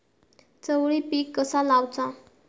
चवळी पीक कसा लावचा?